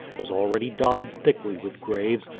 was already dotted thickly with graves,